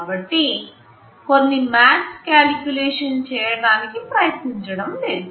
కాబట్టి కొన్ని maths calculation చేయటానికి ప్రయత్నించడం లేదు